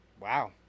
wow